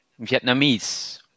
Vietnamese